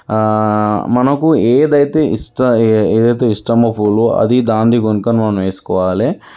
మనకు ఏదైతే ఇష్ట ఏదైతే ఇష్టమో పూలు అది దానిది కొనుక్కుని మనము వేసుకోవాలి